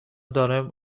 دارم